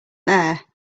there